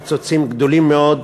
קיצוצים גדולים מאוד,